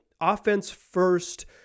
offense-first